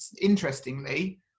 interestingly